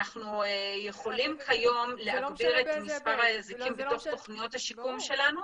אנחנו יכולים כיום להגדיל את מספר האזיקים בתוך תכניות השיקום שלנו,